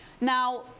Now